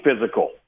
physical